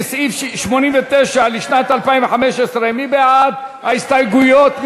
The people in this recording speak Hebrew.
לסעיף 89 לשנת 2015. מי בעד ההסתייגויות?